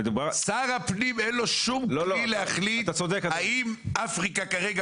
לשר הפנים אין שום כלי להחליט האם אפריקה כרגע